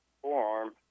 forearm